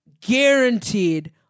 guaranteed